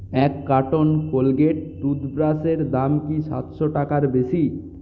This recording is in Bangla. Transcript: এক কার্টন কোলগেট টুথব্রাশ এর দাম কি সাতশো টাকার বেশি